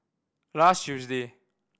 last Tuesday